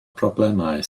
broblemau